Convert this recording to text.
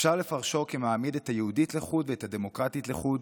אפשר לפרשו כמעמיד את היהודית לחוד ואת הדמוקרטית לחוד,